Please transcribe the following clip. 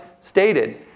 stated